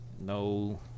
no